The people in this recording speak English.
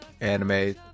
anime